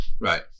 Right